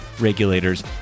regulators